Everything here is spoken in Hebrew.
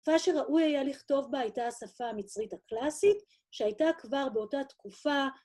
מה שראוי היה לכתוב בה הייתה השפה המצרית הקלאסית שהייתה כבר באותה תקופה